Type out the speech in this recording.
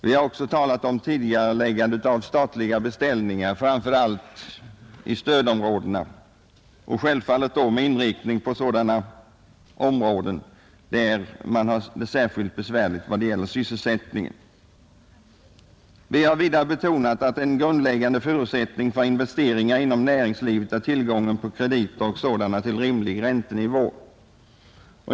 Därtill har vi förordat tidigareläggande av statliga beställningar, framför allt i stödområdena och självfallet med inriktning på sådana varuområden där man har det särskilt besvärligt med sysselsättningen. Vi har vidare betonat att en grundläggande förutsättning för investeringar inom näringslivet är tillgången på krediter och krediter till rimlig räntenivå.